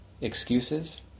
Excuses